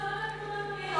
לא נכון, לא נתנו לנו לנאום.